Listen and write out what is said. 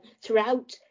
throughout